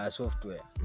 software